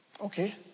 Okay